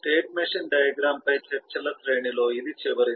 state machine diagram పై చర్చల శ్రేణిలో ఇది చివరిది